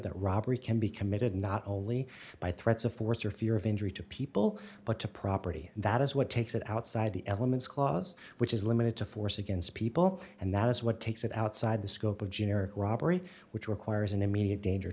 that robbery can be committed not only by threats of force or fear of injury to people but to property that is what takes it outside the elements clause which is limited to force against people and that is what takes it outside the scope of generic robbery which requires an immediate danger